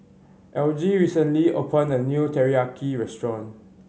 Algie recently opened a new Teriyaki Restaurant